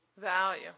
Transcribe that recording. value